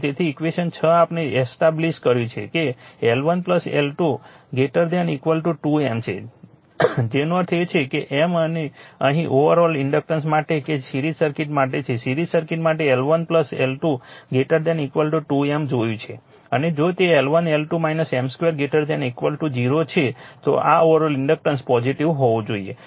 તેથી ઈક્વેશન 6 આપણે એસ્ટાબ્લિશ્ડ કર્યું છે કે L1 L2 2 M છે તેનો અર્થ એ છે કે M અને અહીં ઓવરઓલ ઇન્ડક્ટર માટે કે જે સિરીઝ સર્કિટ માટે છે સીરિઝ સર્કિટ માટે L1 L2 2 M જોયું છે અને જો L1 L2 M 2 0 છે તો ઓવરઓલ ઇન્ડક્ટન્સ પોઝિટીવ હોવું જોઈએ